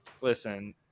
Listen